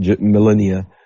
millennia